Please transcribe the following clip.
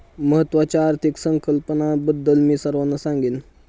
महत्त्वाच्या आर्थिक संकल्पनांबद्दल मी सर्वांना सांगेन